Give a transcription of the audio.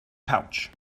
pouch